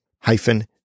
hyphen